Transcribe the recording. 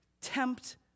tempt